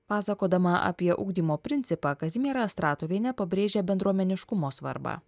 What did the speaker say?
pasakodama apie ugdymo principą kazimiera astratovienė pabrėžė bendruomeniškumo svarbą